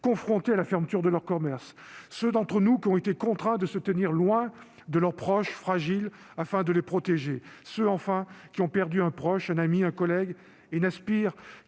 confrontés à la fermeture de leur commerce, ceux d'entre nous qui ont été contraints de se tenir loin de leurs proches fragiles afin de les protéger, ceux enfin qui ont perdu un proche, un ami, un collègue et qui n'aspirent